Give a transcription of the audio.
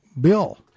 bill